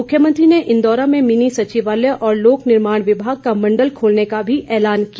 मुख्यमंत्री ने इन्दौरा में मिनी सचिवालय और लोक निर्माण विभाग का मण्डल खोलने का भी एलान किया